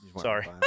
sorry